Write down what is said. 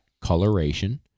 coloration